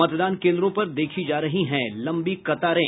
मतदान केन्द्रों पर देखी जा रही है लंबी कतारें